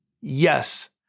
yes